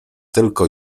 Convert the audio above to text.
tylko